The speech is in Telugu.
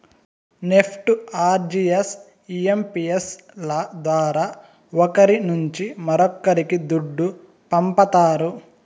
నెప్ట్, ఆర్టీజియస్, ఐయంపియస్ ల ద్వారా ఒకరి నుంచి మరొక్కరికి దుడ్డు పంపతారు